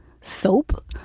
soap